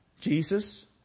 Jesus